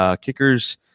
kickers